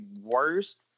worst